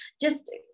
just-